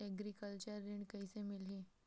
Agriculture ऋण कइसे मिलही?